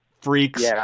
freaks